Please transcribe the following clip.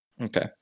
Okay